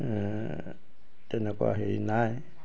তেনেকুৱা হেৰি নাই